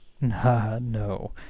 no